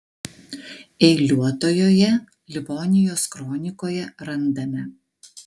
eiliuotojoje livonijos kronikoje randame